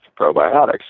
probiotics